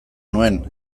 nuen